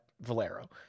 Valero